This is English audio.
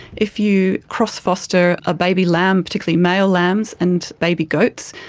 if you cross-foster a baby lamb, particularly male lambs, and baby goats,